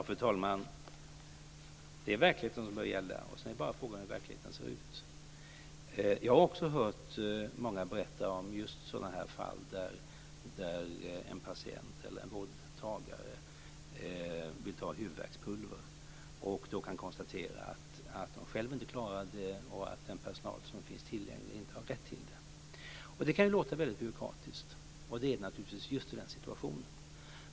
Fru talman! Det är verkligheten som gäller. Sedan är bara frågan hur den verkligheten ser ut. Jag har också hört många berätta om sådana fall där en patient eller en vårdtagare vill ta huvudvärkspulver men inte klarar av det själv och den personal som finns tillgänglig inte har rätt att göra det. Det kan låta väldigt byråkratiskt, och det är det naturligtvis just i den situationen.